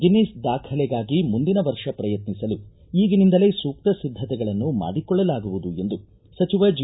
Guinness ದಾಖಲೆಗಾಗಿ ಮುಂದಿನ ವರ್ಷ ಪ್ರಯತ್ನಿಸಲು ಈಗಿನಿಂದಲೇ ಸೂಕ್ತ ಸಿದ್ಧತೆಗಳನ್ನು ಮಾಡಿಕೊಳಲಾಗುವುದು ಎಂದು ಸಚಿವ ಜಿ